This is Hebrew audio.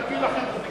נפיל לכם חוקים אחרים.